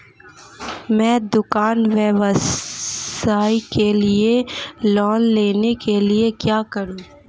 मैं दुकान व्यवसाय के लिए लोंन लेने के लिए क्या करूं?